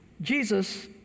Jesus